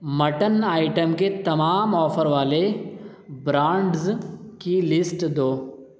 mutton item کے تمام offer والے برانڈز کی لسٹ دو